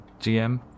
gm